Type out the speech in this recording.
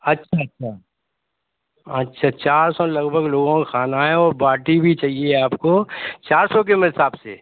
अच्छा अच्छा अच्छा चार सौ लगभग लोगों का खाना है और बाटी भी चाहिए आपको चार सौ के में हिसाब से